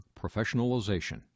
professionalization